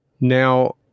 Now